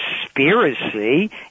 conspiracy